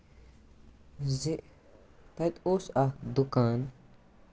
زِ اَتہِ اوس اکھ دُکان